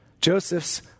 Joseph's